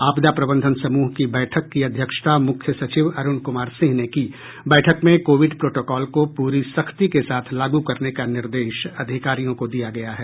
आपदा प्रबंधन समूह की बैठक की अध्यक्षता मुख्य सचिव अरूण कुमार सिंह ने की बैठक में कोविड प्रोटोकॉल को पूरी सख्ती के साथ लागू करने का निर्देश अधिकारियों को दिया गया है